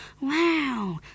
wow